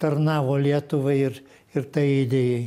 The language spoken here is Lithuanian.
tarnavo lietuvai ir ir tai idėjai